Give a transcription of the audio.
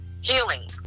healing